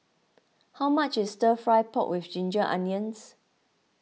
how much is Stir Fry Pork with Ginger Onions